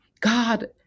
God